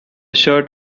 shirt